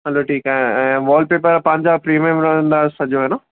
हलो ठीकु आहे ऐं वॉलपेपर पंहिंजा प्रिमियम रहंदा सॼो हे न